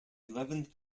eleventh